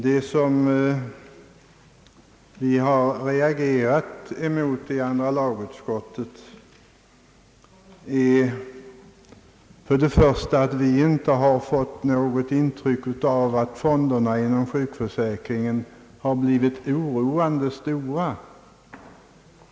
Vad vi har fäst oss vid i andra lagutskottet är för det första att vi inte har fått något intryck av att fonderna inom sjukförsäkringen har blivit oroande stora.